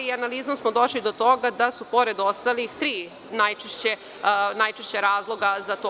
Analizom smo došli do toga da su, pored ostalih, tri najčešća razloga za to.